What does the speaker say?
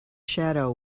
shadow